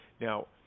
Now